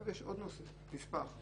עכשיו יש עוד נושא, נספח.